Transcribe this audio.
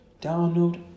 Donald